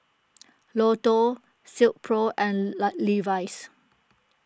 Lotto Silkpro and La Levi's